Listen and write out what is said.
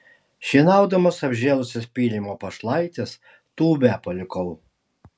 šienaudamas apžėlusias pylimo pašlaites tūbę palikau